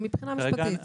גם מבחינה משפטית?